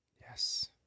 Yes